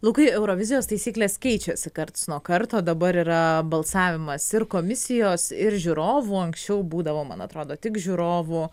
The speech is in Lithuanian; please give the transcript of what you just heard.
lukai eurovizijos taisyklės keičiasi karts nuo karto dabar yra balsavimas ir komisijos ir žiūrovų anksčiau būdavo man atrodo tik žiūrovų